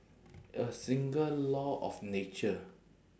a single law of nature